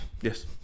Yes